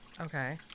Okay